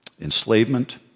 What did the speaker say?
Enslavement